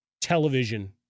television